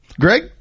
Greg